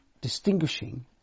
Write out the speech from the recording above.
distinguishing